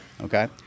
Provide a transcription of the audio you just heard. okay